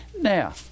Now